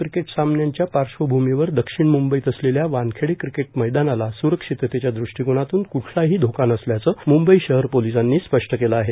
cricket सामन्यांच्या पार्श्वभूमीवर दक्षिण मुंबईत असलेल्या वानखेडे क्रिकेट मैदानाला स्रक्षिततेच्या दृष्टीकोनातून क्ठलाही धोका नसल्याचं मुंबई शहर पोलीसांनी स्पष्ट केलं आहे